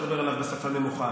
אפשר לדבר עליו בשפה נמוכה,